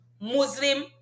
Muslim